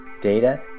data